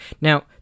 Now